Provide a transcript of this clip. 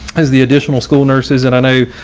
as the additional school nurses and i know,